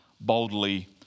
boldly